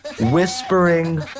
whispering